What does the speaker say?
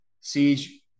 Siege